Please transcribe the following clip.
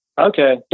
Okay